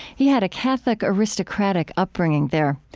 he had a catholic aristocratic upbringing there.